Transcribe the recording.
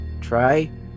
try